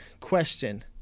question